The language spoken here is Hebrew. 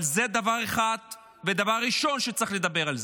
אבל זה דבר אחד, ודבר ראשון שצריך לדבר עליו.